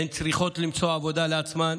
הן צריכות למצוא עבודה לעצמן,